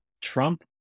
Trump